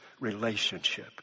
relationship